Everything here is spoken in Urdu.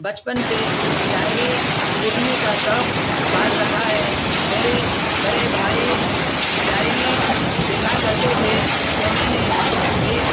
بچپن سے ڈائری لکھنے کا شوق پال رکھا ہے میرے بڑے بھائی ڈائری لکھا کرتے تھے تو میں نے بھی